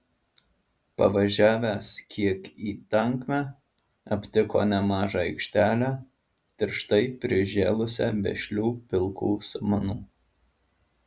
pavažiavęs kiek į tankmę aptiko nemažą aikštelę tirštai prižėlusią vešlių pilkų samanų